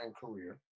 career